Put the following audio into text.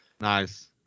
Nice